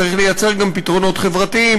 צריך לייצר גם פתרונות חברתיים,